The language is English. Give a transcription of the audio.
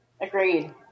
Agreed